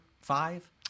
Five